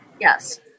Yes